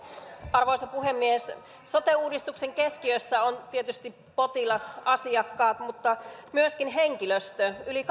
arvoisa puhemies sote uudistuksen keskiössä on tietysti potilas asiakas mutta myöskin henkilöstö yli